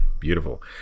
beautiful